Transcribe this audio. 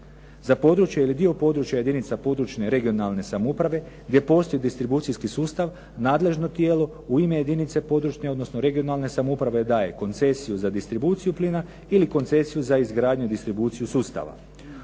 Za područje ili dio područja jedinica područne regionalne samouprave gdje postoji distribucijski sustav, nadležno tijelo u ime jedinice područne, odnosno regionalne samouprave daje koncesiju za distribuciju plina ili koncesiju za izgradnju i distribuciju sustava.